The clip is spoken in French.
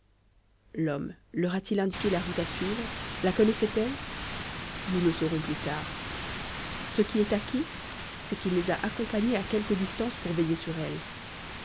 l'homme leur a-t-il indiqué la route à suivre la connaissaient elles nous le saurons plus tard ce qui est acquis c'est qu'il les a accompagnées à quelque distance pour veiller sur elles